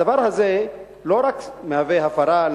הדבר הזה לא רק מהווה הפרה,